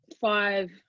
five